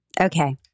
Okay